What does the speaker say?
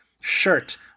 shirt